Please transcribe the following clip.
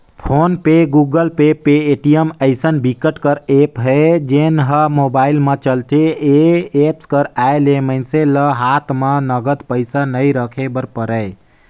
phone पे, Google Pay, Paytm अइसन बिकट कर ऐप हे जेन ह मोबाईल म चलथे ए एप्स कर आए ले मइनसे ल हात म नगद पइसा नइ राखे बर परय